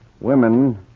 Women